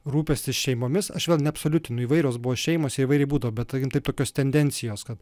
rūpestį šeimomis aš vėl neabsoliutinu įvairios buvo šeimos įvairiai būdo bet sakykim tokios tendencijos kad